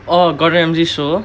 orh gordon ramsay's show